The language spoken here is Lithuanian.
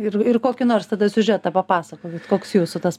ir ir kokį nors tada siužetą papasakokit koks jūsų tas